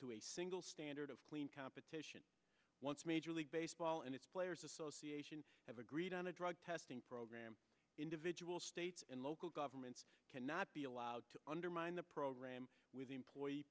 to a single standard of clean competition once major league baseball and its players association have agreed on a drug testing program individual states and local governments cannot be allowed to undermine the program with employee